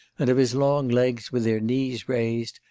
and of his long legs with their knees raised,